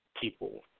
people